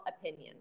opinion